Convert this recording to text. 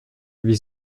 wie